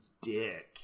dick